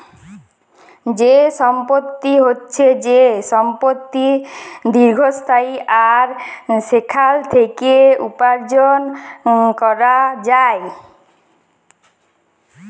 যে সম্পত্তি হচ্যে যে সম্পত্তি দীর্ঘস্থায়ী আর সেখাল থেক্যে উপার্জন ক্যরা যায়